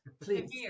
please